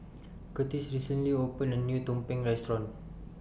Kurtis recently opened A New Tumpeng Restaurant